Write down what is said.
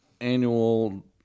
annual